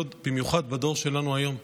במיוחד בדור שלנו, היום.